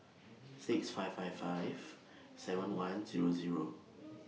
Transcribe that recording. six five five five seven one Zero Zero